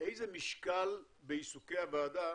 איזה משקל בעיסוקי הוועדה